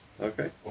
Okay